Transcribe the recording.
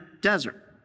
desert